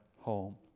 home